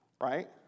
right